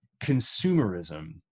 consumerism